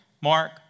Mark